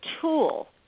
tool